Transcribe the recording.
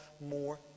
more